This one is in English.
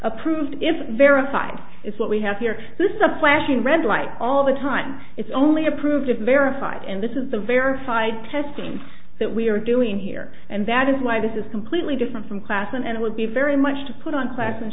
approved if verified it's what we have here this is a flashing red light all the time it's only approved of verified and this is the verified testing that we are doing here and that is why this is completely different from class and it would be very much to put on class and